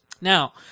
Now